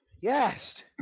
Yes